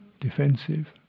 defensive